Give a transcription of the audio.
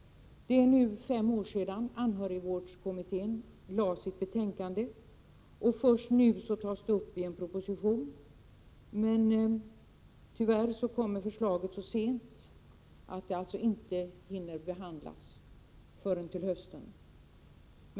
Det är fem år sedan anhörigvårdskommittén lade fram sitt betänkande, och först nu tas det upp i en proposition. Tyvärr kommer förslaget så sent att det inte hinner behandlas förrän till hösten.